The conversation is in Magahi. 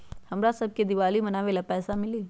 हमरा शव के दिवाली मनावेला पैसा मिली?